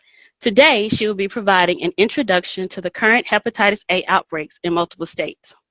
today she will be providing an introduction to the current hepatitis a outbreaks in multiple states.